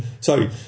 Sorry